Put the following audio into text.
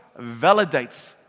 validates